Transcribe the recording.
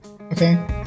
Okay